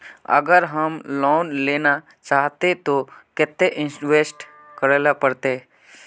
अगर हम लोन लेना चाहते तो केते इंवेस्ट करेला पड़ते?